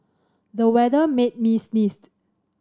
the weather made me sneeze